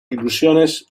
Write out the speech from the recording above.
ilusiones